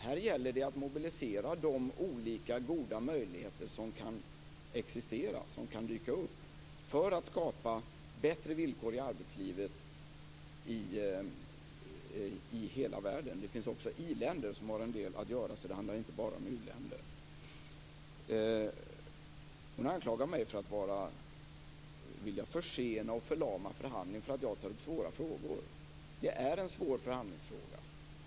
Här gäller det att mobilisera de olika goda möjligheter som kan existera och dyka upp för att skapa bättre villkor i arbetslivet i hela världen. Det finns också iländer som har en del att göra. Det handlar alltså inte bara om u-länder. Karin Falkmer anklagar mig för att vilja försena och förlama förhandlingarna därför att jag tar upp svåra frågor. Detta är en svår förhandlingsfråga.